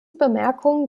bemerkung